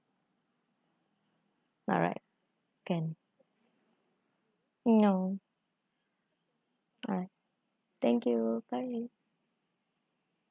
alright can no alright thank you bye